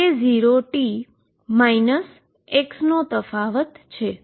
eidωdkk0t x નો તફાવત છે